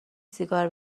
سیگار